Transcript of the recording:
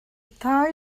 thai